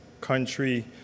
country